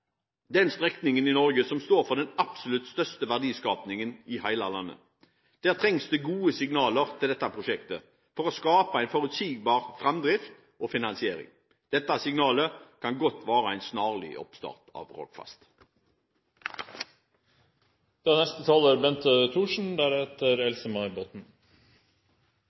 den strekningen i Norge som står for den absolutt største verdiskapingen i hele landet. Der trengs det gode signaler til dette prosjektet for å skape en forutsigbar framdrift og finansiering. Dette signalet kan godt være en snarlig oppstart av Rogfast. Fremskrittspartiet mener at god transportinfrastruktur er